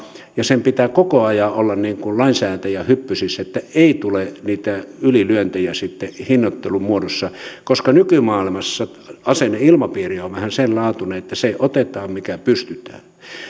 ja sen pitää koko ajan olla lainsäätäjän hyppysissä että ei tule niitä ylilyöntejä sitten hinnoittelun muodossa koska nykymaailmassa asenneilmapiiri on vähän sen laatuinen että se otetaan mikä pystytään